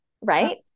right